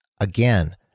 again